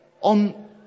on